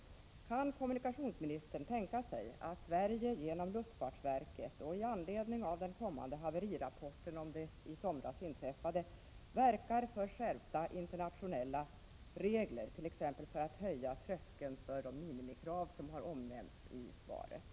Kan kommunikationsministern tänka sig att Sverige genom luftfartsverket och i anledning av den kommande haverirapporten om det i — Prot. 1987/88:22 somras inträffade verkar för skärpta internationella regler, t.ex. för att höja — 12 november 1987 tröskeln för de minimikrav som har omnämnts i svaret? : a Om statsbidrag till en